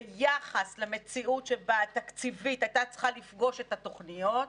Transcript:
ביחס למציאות התקציבית שהייתה צריכה לפגוש את התוכניות,